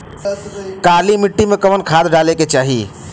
काली मिट्टी में कवन खाद डाले के चाही?